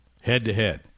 head-to-head